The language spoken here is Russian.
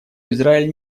израиль